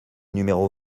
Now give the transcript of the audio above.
numéro